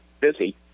busy